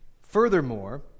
Furthermore